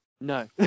No